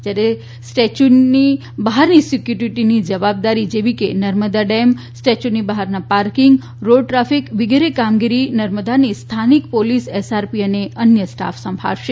જ્યારે સ્ટેચ્યુની બહારની સિક્યુરિટીની જવાબદારી જેવી કે નર્મદા ડેમ સ્ટેચ્યુની બહાર પાર્કિંગ રોડ ટ્રાફીક વગેરેની કામગીરી નર્મદાની સ્થાનિક પોલીસ એસઆરપી અને અન્ય સ્ટાફ સંભાળશે